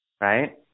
right